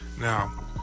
Now